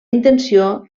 intenció